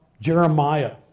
Jeremiah